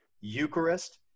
Eucharist